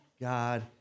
God